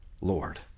Lord